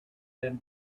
been